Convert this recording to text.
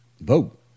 vote